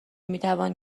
میتوان